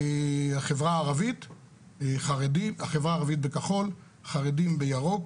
החברה הערבית בכחול, חרדים בירוק